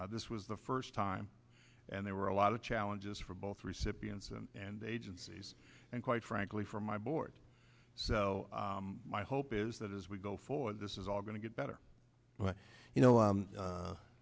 this was the first time and there were a lot of challenges for both recipients and agencies and quite frankly from my board so my hope is that as we go for this is all going to get better but you know